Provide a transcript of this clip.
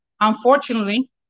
unfortunately